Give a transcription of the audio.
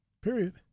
period